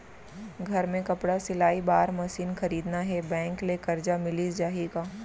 घर मे कपड़ा सिलाई बार मशीन खरीदना हे बैंक ले करजा मिलिस जाही का?